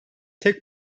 tek